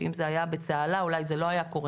שאם זה היה בצהלה אולי זה לא היה קורה.